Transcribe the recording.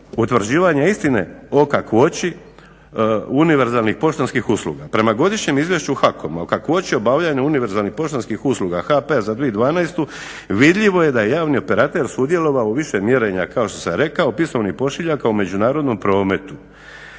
utvrđivanja istine o kakvoći univerzalnih poštanskih usluga. Prema Godišnjem izvješću HAKOM-a o kakvoći obavljanja univerzalnih poštanskih usluga HP za 2012. vidljivo je da je javni operater sudjelovao u više mjerenja kao što sam rekao, pismovnih pošiljaka u međunarodnom prometu,